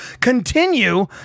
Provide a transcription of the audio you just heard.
continue